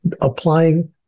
applying